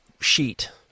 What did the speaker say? sheet